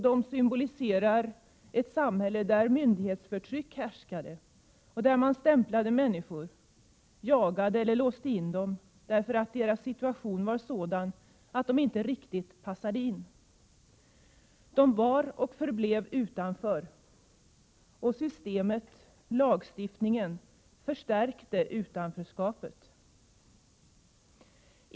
De symboliserar ett samhälle, där myndighetsförtryck härskade, där man stämplade människor, jagade eller låste in dem, därför att deras situation var sådan att de inte riktigt passade in. De var och förblev utanför. Systemet, lagstiftningen, förstärkte utanförskapet.